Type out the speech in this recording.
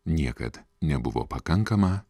niekad nebuvo pakankama